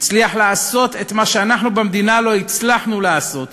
הצליח לעשות את מה שאנחנו במדינה לא הצלחנו לעשות,